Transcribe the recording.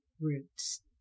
roots